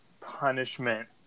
punishment